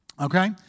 okay